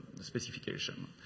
specification